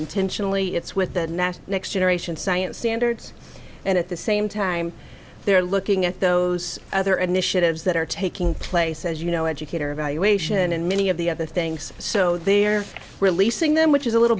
intentionally it's with the next generation science standards and at the same time they're looking at those other initiatives that are taking place as you know educator evaluation and many of the other things so they're releasing them which is a little